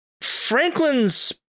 Franklin's